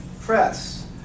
press